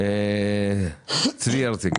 צבי הרציג,